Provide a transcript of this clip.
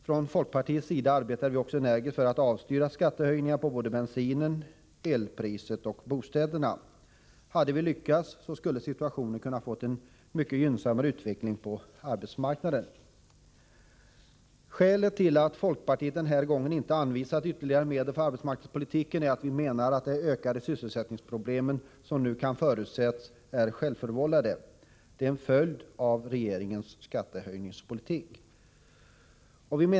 Från folkpartiets sida arbetade vi också energiskt för att avstyra skattehöjningarna på såväl bensin och el som på bostäder. Hade vi lyckats, skulle situationen på arbetsmarknaden kunnat få en mycket gynnsammare utveckling. Skälet till att folkpartiet den här gången inte anvisat ytterligare medel för arbetsmarknadspolitiken är att vi menar att de ökade sysselsättningsproblem som nu kan förutses är självförvållade. De är en följd av regeringens skattehöjningspolitik.